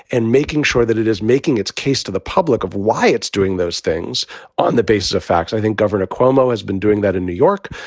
and making sure that it is making its case to the public of why it's doing those things on the basis of facts. i think governor cuomo has been doing that in new york.